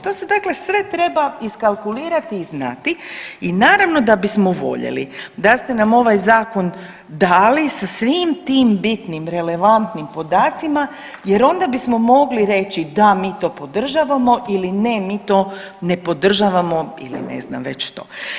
To se dakle sve treba iskalkulirati i znati i naravno da bismo voljeli da ste nam ovaj zakon dali sa svim tim bitnim relevantnim podacima jer onda bismo mogli reći da mi to podržavamo ili ne mi to ne podržavamo ili ne znam već što.